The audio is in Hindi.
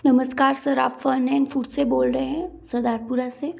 नमस्कार सर आप फ़र नाइन फूड से बोल रहे हैं सरदारपुरा से